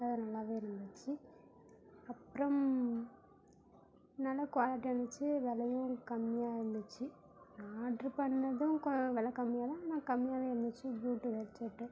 colour நல்லாவே இருந்துச்சு அப்புறம் நல்லா குவாலிட்டியாக இருந்துச்சு விலையும் கம்மியாக இருந்துச்சு ஆர்ட்ரு பண்ணுனதும் கொ வில கம்மியாகதான் நான் கம்மியாகதான் இருந்துச்சு ப்ளுடூத் ஹெட்செட்டு